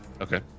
Okay